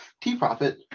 T-Profit